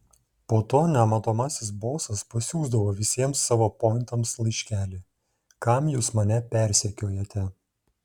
po to nematomasis bosas pasiųsdavo visiems savo pointams laiškelį kam jūs mane persekiojate